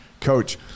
coach